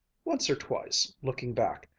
once or twice, looking back,